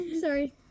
Sorry